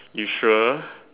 you sure